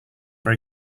been